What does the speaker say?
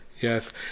Yes